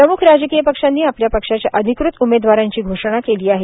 प्रमुख राजकीय पक्षांनी आपल्या पक्षाच्या अधिकृत उमेदवारांची घोषणा केली आहे